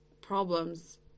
problems